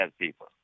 people